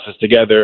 together